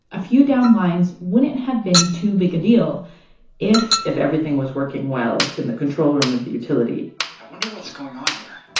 a few downed lines wouldn't have been too big a deal if. if everything was working well in the control room of the utility i wonder what's going on here.